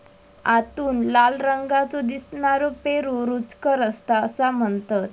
आतून लाल रंगाचो दिसनारो पेरू रुचकर असता असा म्हणतत